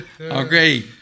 Okay